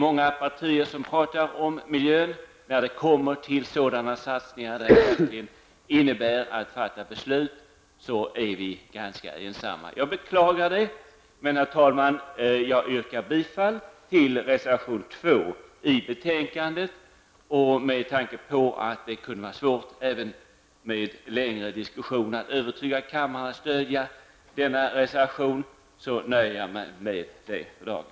Många partier pratar om miljön, men när det gäller att fatta beslut om sådana satsningar är vi ganska ensamma. Jag beklagar det. Men, herr talman, jag yrkar bifall till reservation 2 i betänkandet. Med tanke på att det även med längre diskussioner torde vara svårt att förmå kammaren att stödja denna reservation, nöjer jag mig för dagen med detta.